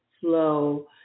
flow